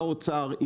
האוצר,